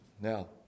Now